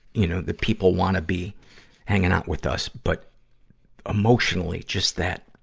you know, that people wanna be hanging out with us, but emotionally, just that,